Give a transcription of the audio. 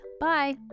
Bye